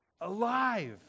Alive